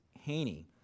Haney